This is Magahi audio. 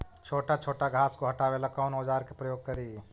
छोटा छोटा घास को हटाबे ला कौन औजार के प्रयोग करि?